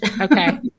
Okay